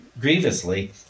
grievously